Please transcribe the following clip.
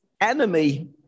enemy